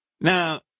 Now